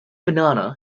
banana